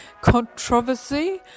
controversy